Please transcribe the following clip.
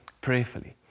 prayerfully